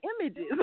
images